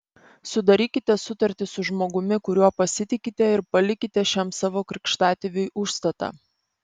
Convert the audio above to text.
sudarykite sutartį su žmogumi kuriuo pasitikite ir palikite šiam savo krikštatėviui užstatą